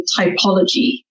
typology